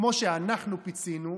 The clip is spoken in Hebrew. כמו שאנחנו פיצינו,